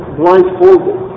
blindfolded